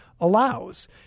allows